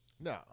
No